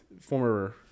former